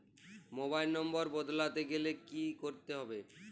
Mobile number বদলাতে গেলে কি করতে হবে?